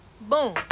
boom